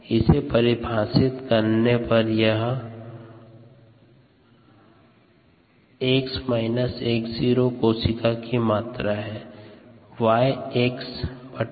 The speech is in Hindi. इसे मान के संदर्भ में परिभाषित करने पर x x0 कोशिका की मात्रा है